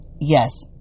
Yes